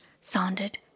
sounded